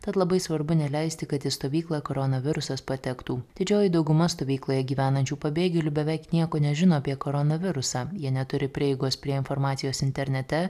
tad labai svarbu neleisti kad į stovyklą koronavirusas patektų didžioji dauguma stovykloje gyvenančių pabėgėlių beveik nieko nežino apie koronavirusą jie neturi prieigos prie informacijos internete